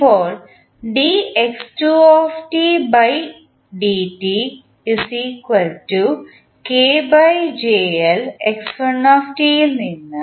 ഇപ്പോൾ ൽ നിന്ന്